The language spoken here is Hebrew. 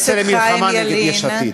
אתה יוצא למלחמה נגד יש עתיד.